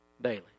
daily